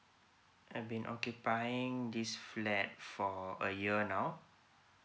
I have been occupying this flat for a year now